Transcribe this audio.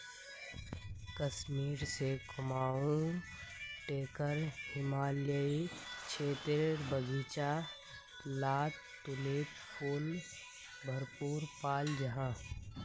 कश्मीर से कुमाऊं टेकर हिमालयी क्षेत्रेर बघिचा लात तुलिप फुल भरपूर पाल जाहा